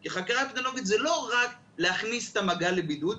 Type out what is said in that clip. כי חקירה אפידמיולוגית זה לא רק להכניס את המגע לבידוד,